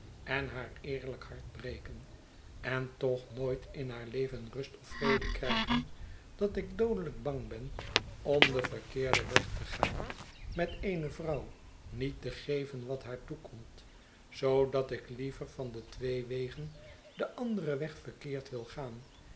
en haar eerlijk hart breken en toch nooit in haar leven rust of vrede krijgen dat ik doodelijk bang ben om den verkeerden weg te gaan met eene vrouw niet te geven wat haar toekomt zoodat ik liever van de twee wegen den anderen weg verkeerd wil gaan